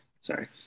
Sorry